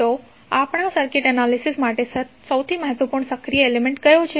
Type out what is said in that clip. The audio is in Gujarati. તો આપણા સર્કિટ એનાલિસિસ માટે સૌથી મહત્વપૂર્ણ સક્રિય એલિમેન્ટ ક્યો છે